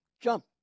jump